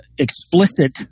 explicit